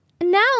Now